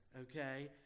okay